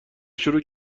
شروع